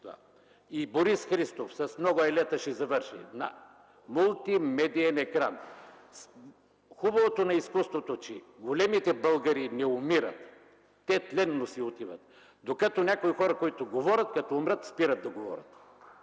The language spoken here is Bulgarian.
и Борис Христов с „Многая лета” ще завърши, на мултимедиен екран. Хубавото на изкуството е, че големите българи не умират, те тленно си отиват, докато някои хора, които говорят, като умрат – спират да говорят.